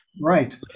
right